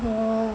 oh